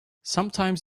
sometimes